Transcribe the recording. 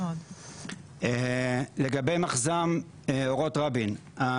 לגבי מחז"מ אורות רבין,